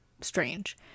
strange